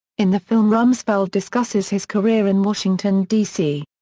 in the film rumsfeld discusses his career in washington d c.